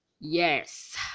yes